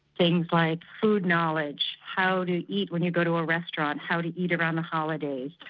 things like food knowledge, how to eat when you go to a restaurant, how to eat around the holidays,